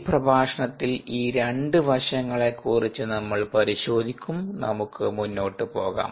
ഈ പ്രഭാഷണത്തിൽ ഈ 2 വശങ്ങളെ കുറിച്ച് നമ്മൾ പരിശോധിക്കും നമുക്ക് മുന്നോട്ട് പോകാം